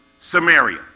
samaria